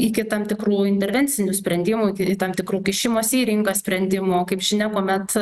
iki tam tikrų intervencinių sprendimų iki tam tikrų kišimosi į rinką sprendimų o kaip žinia kuomet